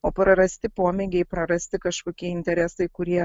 o prarasti pomėgiai prarasti kažkokie interesai kurie